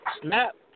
snap